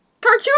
cartoon